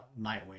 Nightwing